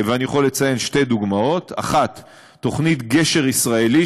ואני יכול לציין שתי דוגמאות: 1. תוכנית "גשר ישראלי",